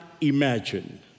imagine